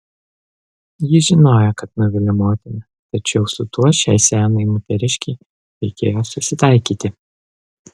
ji žinojo kad nuvilia motiną tačiau su tuo šiai senai moteriškei reikėjo susitaikyti